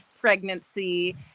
pregnancy